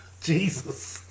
Jesus